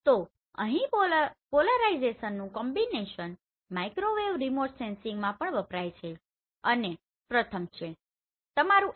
તો અહીં પોલરાઇઝેશનનું કોમ્બીનેશન માઇક્રોવેવ રિમોટ સેન્સિંગમાં પણ વપરાય છે અને પ્રથમ છે તમારું HH